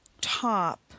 top